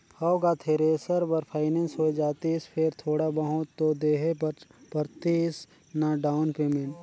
हव गा थेरेसर बर फाइनेंस होए जातिस फेर थोड़ा बहुत तो देहे बर परतिस ना डाउन पेमेंट